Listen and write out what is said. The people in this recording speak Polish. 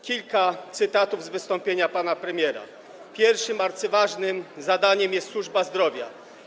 Kilka cytatów z wystąpienia pana premiera: Pierwszym arcyważnym zadaniem jest służba zdrowia.